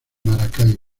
maracaibo